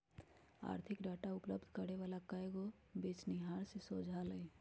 आर्थिक डाटा उपलब्ध करे वला कएगो बेचनिहार से सोझा अलई ह